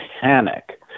panic